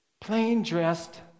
plain-dressed